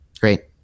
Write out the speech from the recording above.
Great